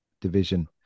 division